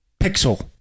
pixel